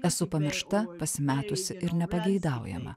esu pamiršta pasimetusi ir nepageidaujama